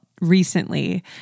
recently